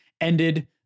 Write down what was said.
ended